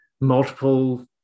multiple